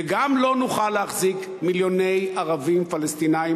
וגם לא נוכל להחזיק מיליוני ערבים פלסטינים